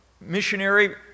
missionary